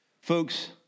Folks